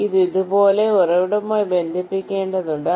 ഇത് ഇതുപോലെ ഉറവിടവുമായി ബന്ധിപ്പിക്കേണ്ടതുണ്ട്